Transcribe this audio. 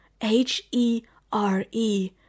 H-E-R-E